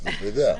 אתה יודע.